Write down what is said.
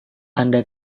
anda